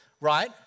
right